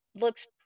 looks